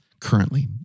currently